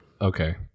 Okay